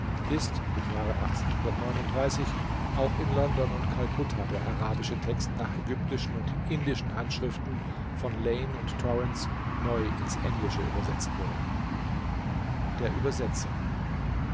ist im jahre auch in london und kalkutta der arabische text nach ägyptischen und indischen handschriften von lane und torrens neu ins englische übersetzt worden der übersetzer